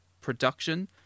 production